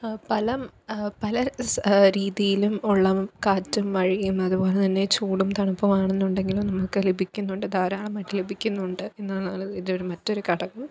പല പല സ് രീതിയിലും ഒള്ള കാറ്റും മഴയും അതുപോലെ തന്നെ ചൂടും തണുപ്പുമാണെന്നുണ്ടെങ്കിലും നമുക്ക് ലഭിക്കുന്നുണ്ട് ധാരാളമായിട്ട് ലഭിക്കുന്നുണ്ട് എന്നുള്ളതാണ് ഇതിൻ്റെ മറ്റൊരു ഘടകം